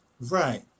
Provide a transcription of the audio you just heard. Right